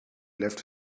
left